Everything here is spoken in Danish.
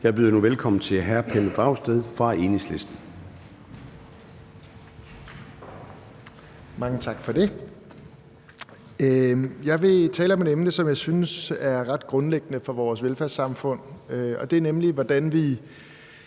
Jeg byder nu velkommen til hr. Pelle Dragsted fra Enhedslisten.